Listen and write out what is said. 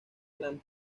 grand